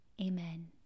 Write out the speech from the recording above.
Amen